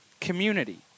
community